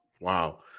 wow